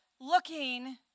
looking